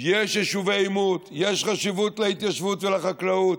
יש יישובי עימות, יש חשיבות להתיישבות ולחקלאות,